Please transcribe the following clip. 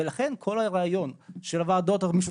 ולכן כל הרעיון של הוועדות המשותפות,